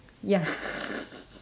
ya